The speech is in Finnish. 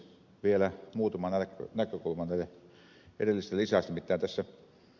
vielä muutama näkökulma näiden edellisten lisäksi